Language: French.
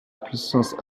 puissance